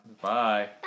Bye